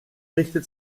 richtet